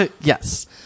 Yes